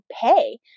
pay